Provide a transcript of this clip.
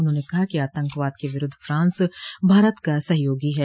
उन्होंने कहा कि आतंकवाद क विरूद्व फ्रांस भारत का सहयोगी है